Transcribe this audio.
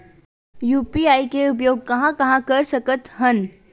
UPI के उपयोग कहां कहा कर सकत हन?